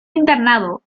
internado